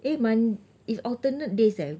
eh mon~ it's alternate days eh